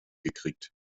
gekriegt